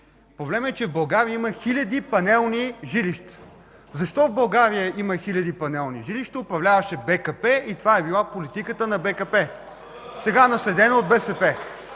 Проблемът е, че в България има хиляди панелни жилища. Защо в България има хиляди панелни жилища? Управляваше БКП и това е била политиката на БКП, сега наследена от БСП.